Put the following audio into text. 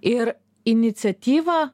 ir iniciatyva